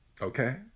okay